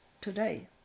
today